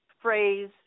phrase